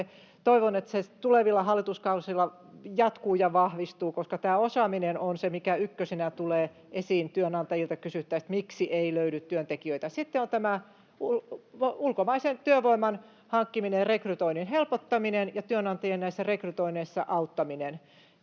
toivon tulevilla hallituskausilla jatkuvan ja vahvistuvan, koska tämä osaaminen on se, mikä ykkösenä tulee esiin kysyttäessä työnantajilta, miksi ei löydy työntekijöitä. Sitten on ulkomaisen työvoiman hankkiminen, rekrytoinnin helpottaminen ja näissä työnantajien rekrytoinneissa auttaminen,